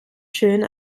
schön